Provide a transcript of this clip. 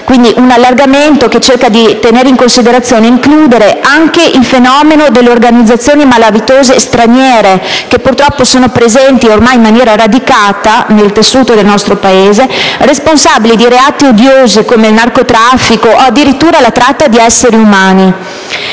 Questo allargamento dell'oggetto cerca di tenere in considerazione e includere anche il fenomeno delle organizzazioni malavitose straniere, purtroppo presenti ormai in maniera radicata nel tessuto del nostro Paese, responsabili di reati odiosi, come il narcotraffico o addirittura la tratta di esseri umani.